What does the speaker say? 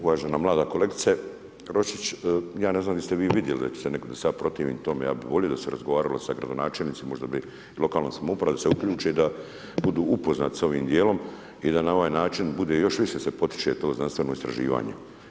Uvažena mlada kolegice Roščić, ja ne znam jeste li vi vidjeli da se ja protivim tome, ja bi volio da se razgovaralo sa gradonačelnicima, možda bi lokalna samouprava da se uključi da bude upoznati sa ovim dijelom i da na ovaj način, bude, još više se potiče to znanstveno istraživanje.